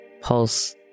Pulse